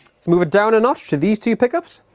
let's move it down a notch to these two pickups